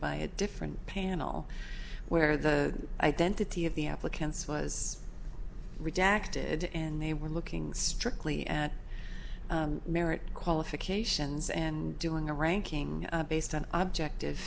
by a different panel where the identity of the applicants was redacted and they were looking strictly at merit qualifications and doing a ranking based on objective